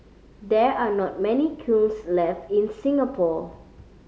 there are not many kilns left in Singapore